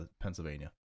Pennsylvania